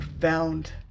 found